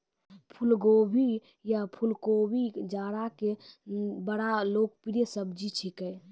फुलगोभी या फुलकोबी जाड़ा के बड़ा लोकप्रिय सब्जी छेकै